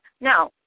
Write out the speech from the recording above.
No